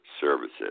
services